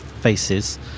faces